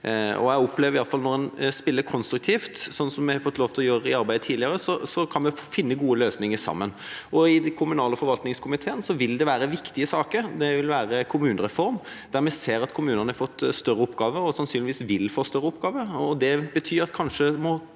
når en spiller konstruktivt, slik vi har fått lov til å gjøre i arbeidet tidligere – at vi kan finne gode løsninger sammen. I kommunal- og forvaltningskomiteen vil det være viktige saker: bl.a. kommunereform. Vi ser at kommunene har fått større oppgaver – og sannsynligvis vil få større oppgaver.